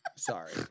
Sorry